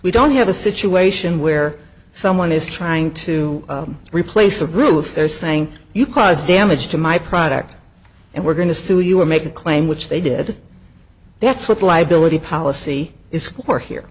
we don't have a situation where someone is trying to replace the roof they're saying you caused damage to my product and we're going to sue you or make a claim which they did that's what liability policy is or here